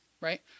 right